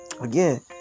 Again